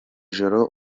joro